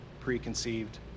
preconceived